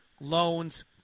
loans